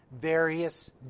Various